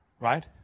Right